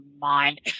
mind